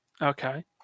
Okay